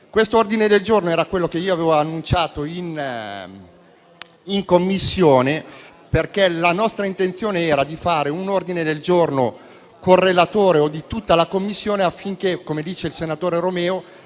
L'ordine del giorno era quello che avevo annunciato in Commissione: la nostra intenzione era di presentare un ordine del giorno con il relatore o di tutta la Commissione affinché - come dice il senatore Romeo